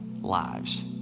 lives